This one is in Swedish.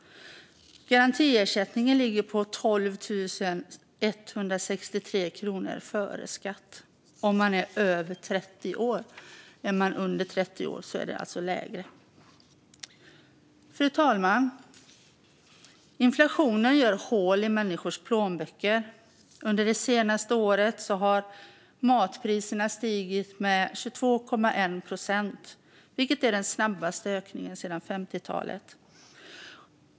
Garantiersättningen ligger på 12 163 kronor före skatt om man är över 30 år. Är man under 30 år är den alltså lägre. Fru talman! Inflationen gör hål i människors plånböcker. Under det senaste året har matpriserna stigit med 22,1 procent, vilket är den snabbaste ökningen sedan 50-talet.